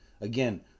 Again